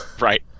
Right